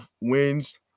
wins